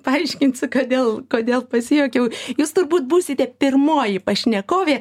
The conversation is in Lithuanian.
paaiškinsiu kodėl kodėl pasijuokiau jūs turbūt būsite pirmoji pašnekovė